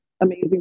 amazing